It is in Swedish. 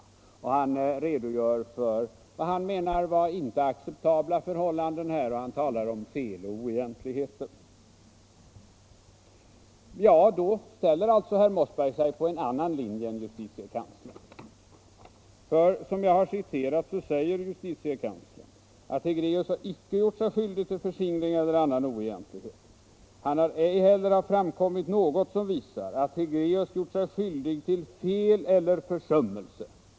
Herr Mossberg redogör för vad han menar inte vara acceptabla förhållanden och talar om fel och oegentligheter. Då ställer sig herr Mossberg på en annan linje än justitiekanslern. Som jag har citerat, säger justitiekanslern att Hegre&us inte gjort sig skyldig till förskingring eller annan oegentlighet. Ej heller har framkommit något som visar att Hegre&us gjort sig skyldig till fel eller försummelse.